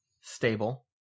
Stable